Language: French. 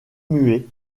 muet